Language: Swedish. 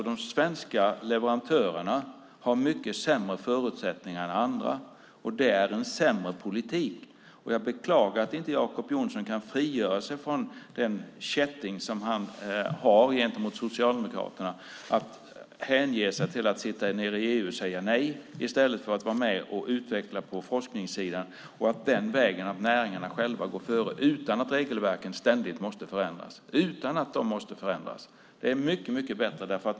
De svenska leverantörerna skulle då ha mycket sämre förutsättningar än andra, och det är en sämre politik. Jag beklagar att inte Jacob Johnson kan frigöra sig från den kätting som han har gentemot Socialdemokraterna att hänge sig åt att sitta nere i EU och säga nej i stället för att vara med och utveckla på forskningssidan. Den vägen går näringen före utan att regelverken måste förändras. Det är mycket bättre.